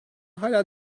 hala